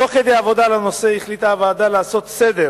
תוך כדי עבודה על הנושא החליטה הוועדה לעשות סדר